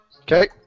Okay